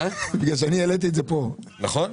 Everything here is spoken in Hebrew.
נכון.